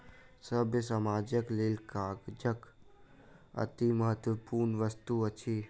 सभ्य समाजक लेल कागज अतिमहत्वपूर्ण वस्तु अछि